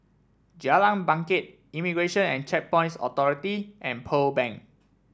Jalan Bangket Immigration and Checkpoints Authority and Pearl Bank